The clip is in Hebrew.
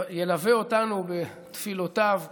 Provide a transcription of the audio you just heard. והוא ילווה אותנו בתפילותיו מלמעלה.